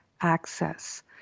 access